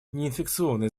неинфекционные